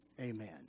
amen